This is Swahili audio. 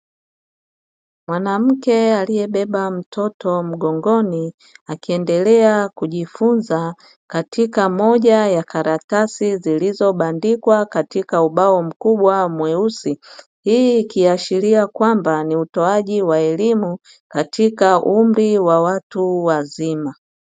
Mwanamke aliyebeba mtoto wa mgongoni, akiendelea kujifunza katika moja ya karatasi zilizobandikwa katika ubao mkubwa mweusi. Hii ikiashiria kwamba ni utoaji wa elimu katika umri wa watu wazima.